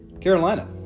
Carolina